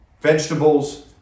vegetables